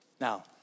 Now